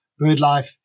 BirdLife